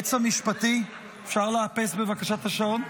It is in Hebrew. היועץ המשפטי, אפשר בבקשה לאפס את השעון?